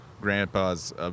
grandpa's